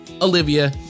Olivia